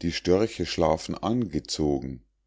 die störche schlafen angezogen